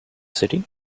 city